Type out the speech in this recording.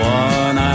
one